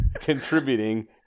contributing